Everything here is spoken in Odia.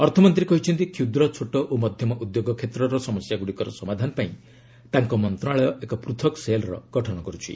ଅର୍ଥମନ୍ତ୍ରୀ କହିଛନ୍ତି କ୍ଷୁଦ୍ର ଛୋଟ ଓ ମଧ୍ୟମ ଉଦ୍ୟୋଗ କ୍ଷେତ୍ରର ସମସ୍ୟାଗୁଡ଼ିକର ସମାଧାନ ପାଇଁ ତାଙ୍କ ମନ୍ତଶାଳୟ ଏକ ପୃଥକ ସେଲ୍ର ଗଠନ କରୁଛି